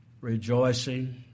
rejoicing